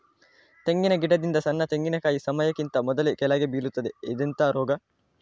ತೆಂಗಿನ ಗಿಡದಿಂದ ಸಣ್ಣ ತೆಂಗಿನಕಾಯಿ ಸಮಯಕ್ಕಿಂತ ಮೊದಲೇ ಕೆಳಗೆ ಬೀಳುತ್ತದೆ ಇದೆಂತ ರೋಗ?